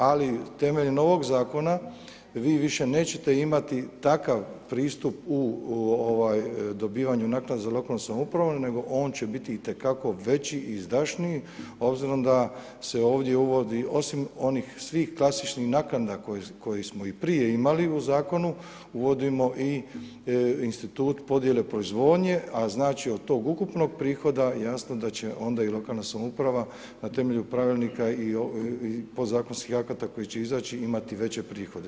Ali, temeljem novog zakona, vi više nećete imati takav pristup u dobivanju naknada za lokalnu samoupravu, nego on će biti itekako veći i izdašniji obzirom da se ovdje uvodi, osim ovih svih klasičnih naknada koje smo i prije imali u zakonu, uvodimo i institut podjele proizvodnje, a znači, od tog ukupnog prihoda, jasno da će onda i lokalna samouprava, na temelju pravilnika i podzakonskih akata koje će izaći imati veće prihode.